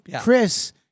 Chris